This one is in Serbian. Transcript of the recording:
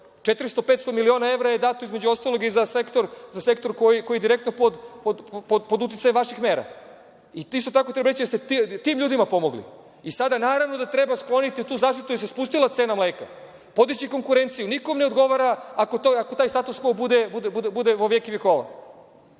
400, 500 miliona evra je dato između ostalog i za sektor koji je direktno pod uticajem vaših mera, i te subvencije su tim ljudima pomogle. Sada naravno treba skloniti tu zaštitu jer se spustila cena mleka, a podići konkurenciju. Nikome ne odgovara ako taj status kvo bude vjek i vjekova. Ne